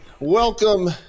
Welcome